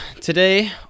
today